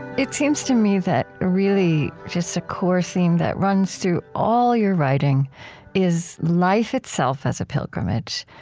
it seems to me that, really, just a core theme that runs through all your writing is life itself as a pilgrimage,